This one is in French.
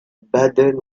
baden